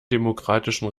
demokratischen